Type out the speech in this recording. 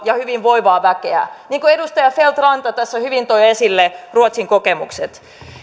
ja hyvinvoivaa väkeä niin kuin edustaja feldt ranta hyvin toi esille ruotsin kokemukset